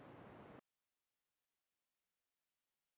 so mm so it depart on